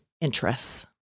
interests